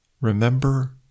remember